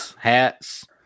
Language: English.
hats